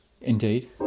Indeed